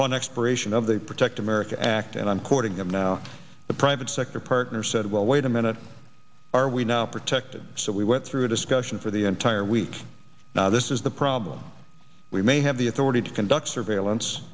upon expiration of the protect america act and i'm quoting him now the private sector partners said well wait a minute are we now protected so we went through a discussion for the entire week now this is the problem we may have the authority to conduct surveillance